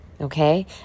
okay